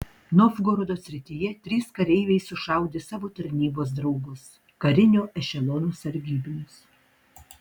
novgorodo srityje trys kareiviai sušaudė savo tarnybos draugus karinio ešelono sargybinius